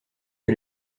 que